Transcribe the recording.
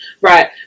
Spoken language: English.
Right